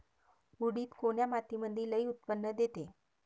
उडीद कोन्या मातीमंदी लई उत्पन्न देते?